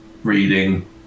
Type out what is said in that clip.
reading